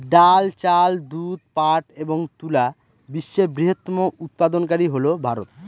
ডাল, চাল, দুধ, পাট এবং তুলা বিশ্বের বৃহত্তম উৎপাদনকারী হল ভারত